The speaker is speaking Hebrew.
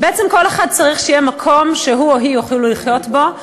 בעצם כל אחד צריך שיהיה מקום שהוא או היא יוכלו לחיות בו,